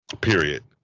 period